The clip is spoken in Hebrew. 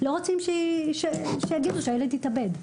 לא רוצים שיגידו שהילד התאבד.